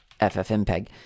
FFmpeg